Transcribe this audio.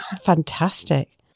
Fantastic